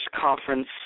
conference